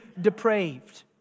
depraved